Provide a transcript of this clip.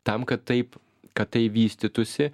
tam kad taip kad tai vystytųsi